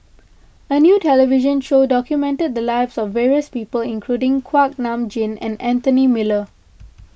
a new television show documented the lives of various people including Kuak Nam Jin and Anthony Miller